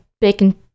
bacon